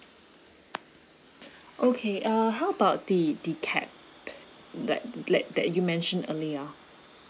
okay uh how about the the cap like like that you mention earlier